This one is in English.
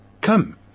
come